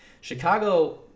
Chicago